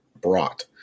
brought